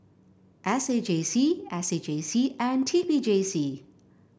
S A J C S A J C and T P J C